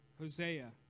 Hosea